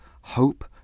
hope